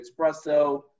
Espresso